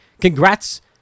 Congrats